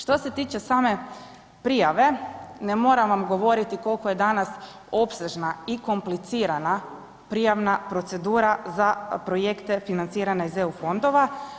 Što se tiče same prijave, ne moram vam govoriti koliko je danas opsežna i komplicirana prijavna procedura za projekte financirane iz EU fondova.